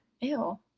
Ew